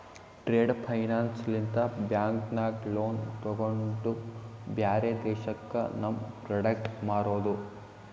trade finance ಲಿಂತ bank ನಾಗ್ loan ತೊಗೊಂಡು ಬ್ಯಾರೆ ದೇಶಕ್ಕ ನಮ್ ಪ್ರೋಡಕ್ಟ್ ಮಾರೋದು